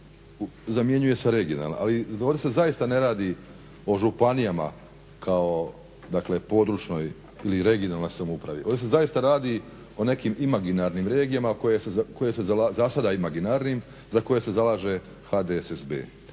zamjenjuje sa regionalna, ali ovdje se zaista ne radi o županijama kao dakle područnoj ili regionalnoj samoupravi, ovdje se zaista radi o nekim imaginarnim regijama, zasada